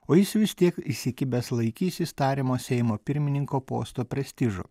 o jis vis tiek įsikibęs laikysis tariamo seimo pirmininko posto prestižo